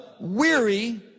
weary